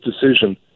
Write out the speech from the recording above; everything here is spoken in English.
decision